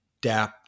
DAP